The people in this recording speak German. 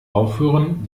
aufhören